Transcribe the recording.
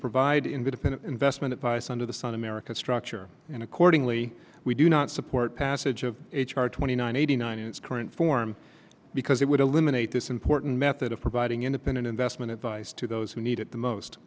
provide independent investment advice under the sun american structure and accordingly we do not support passage of h r twenty nine eighty nine in its current form because it would eliminate this important method of providing independent investment advice to those who need it the most